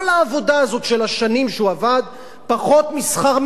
שהוא עבד פחות משכר מינימום של חודש אחד.